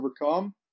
overcome